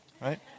right